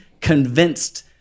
convinced